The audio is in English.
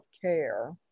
care